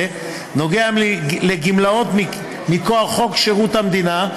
נוגע לגמלאות מכוח חוק שירות המדינה,